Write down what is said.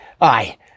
Aye